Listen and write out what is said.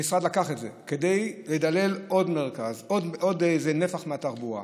המשרד לקח את זה כדי לדלל עוד איזה נפח מהתחבורה.